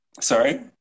sorry